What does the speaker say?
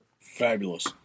Fabulous